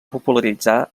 popularitzar